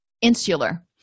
insular